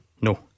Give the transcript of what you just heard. No